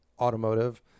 automotive